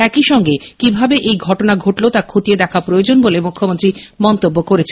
একইসঙ্গে কিভাবে এই ঘটনা ঘটল তা খতিয়ে দেখা প্রয়োজন বলে মুখ্যমন্ত্রী মন্তব্য করেছেন